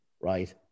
right